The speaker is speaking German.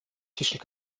zwischen